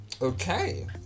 Okay